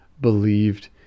believed